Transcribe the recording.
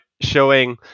showing